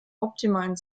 optimalen